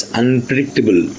unpredictable